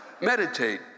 meditate